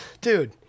dude